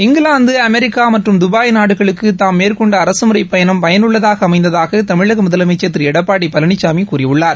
England America மற்றும் Dubai நாடுகளுக்கு தாம் மேற்கொண்ட அரசுமுறைப் பயணம் பயனுள்ளதாக அமைந்ததாக தமிழக முதலமைச்சா் திரு எடப்பாடி பழனிசாமி கூறியுள்ளார்